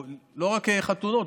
לא רק חתונות,